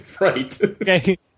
Right